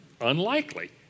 Unlikely